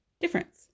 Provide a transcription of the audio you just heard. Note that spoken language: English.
difference